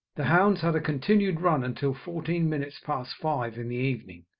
the hounds had a continued run until fourteen minutes past five in the evening,